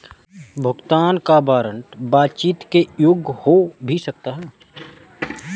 भुगतान का वारंट बातचीत के योग्य हो भी सकता है